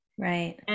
Right